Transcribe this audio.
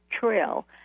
Trail